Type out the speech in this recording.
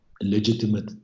legitimate